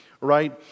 right